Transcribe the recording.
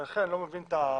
ולכן אני לא מבין אם